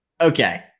okay